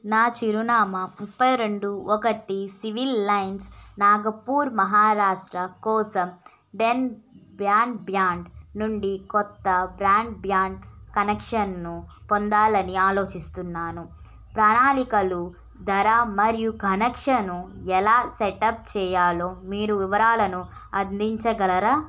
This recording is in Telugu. నా చిరునామా ముప్పై రెండు ఒకటి సివిల్ లైన్స్ నాగపూర్ మహారాష్ట్ర కోసం డెన్ బ్రాడ్బ్యాండ్ నుండి కొత్త బ్రాడ్బ్యాండ్ కనెక్షన్ను పొందాలని ఆలోచిస్తున్నాను ప్రణాళికలు ధర మరియు కనెక్షను ఎలా సెటప్ చెయ్యాలో మీరు వివరాలను అందించగలరా